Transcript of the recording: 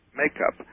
makeup